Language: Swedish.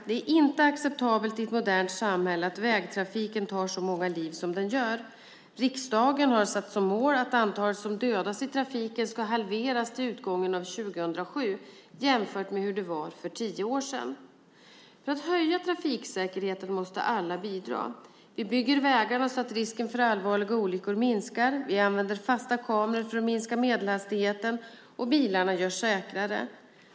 Det är inte acceptabelt i ett modernt samhälle att vägtrafiken tar så många liv som den gör. Riksdagen har satt som mål att antalet som dödas i trafiken ska halveras till utgången av 2007, jämfört med hur det var för tio år sedan. För att höja trafiksäkerheten måste alla bidra. Vi bygger vägarna så att risken för allvarliga olyckor minskar, vi använder fasta kameror för att minska medelhastigheten och bilarna görs säkrare.